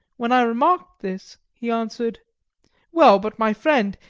when i remarked this, he answered well, but, my friend,